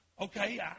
Okay